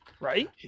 Right